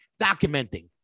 documenting